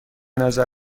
نظر